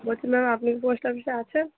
বলছিলাম আপনি পোস্ট অফিসে আছেন